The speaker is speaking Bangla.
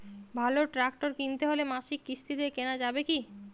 ভালো ট্রাক্টর কিনতে হলে মাসিক কিস্তিতে কেনা যাবে কি?